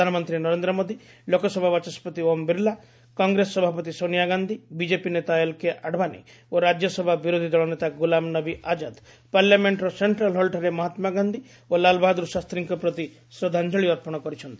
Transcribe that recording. ପ୍ରଧାନମନ୍ତ୍ରୀ ନରେନ୍ଦ୍ର ମୋଦୀ ଲୋକସଭା ବାଚସ୍କତି ଓମ୍ ବିର୍ଲା କଂଗ୍ରେସ ସଭାପତି ସୋନିଆ ଗାନ୍ଧି ବିକେପି ନେତା ଏଲ୍କେ ଆଡ଼ବାନୀ ଓ ରାଜ୍ୟସଭା ବିରୋଧି ଦଳ ନେତା ଗୁଲାମ୍ ନବୀ ଆଜାଦ୍ ପାର୍ଲାମେଣ୍ଟ୍ର ସେକ୍ଷ୍ରାଲ୍ ହଲ୍ଠାରେ ମହାତ୍ମାଗାନ୍ଧି ଓ ଲାଲବାହାଦୁର ଶାସ୍ତ୍ରୀଙ୍କ ପ୍ରତି ଶ୍ରଦ୍ଧାଞ୍ଜଳି ଅର୍ପଣ କରିଛନ୍ତି